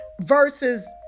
Versus